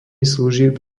služieb